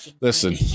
listen